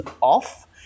off